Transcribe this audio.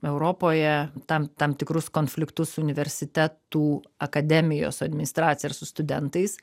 europoje tam tam tikrus konfliktus universitetų akademijos su administracija ar su studentais